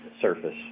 surface